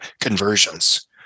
conversions